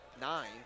Nine